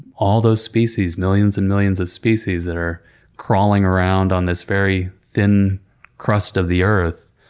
all those species, millions and millions of species that are crawling around on this very thin crust of the earth,